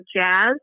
jazz